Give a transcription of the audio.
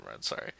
sorry